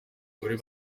umugore